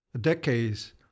decades